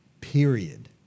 period